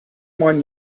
mind